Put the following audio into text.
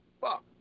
Fuck